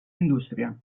indústria